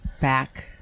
back